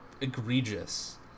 egregious